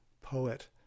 poet